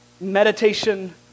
Meditation